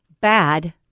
bad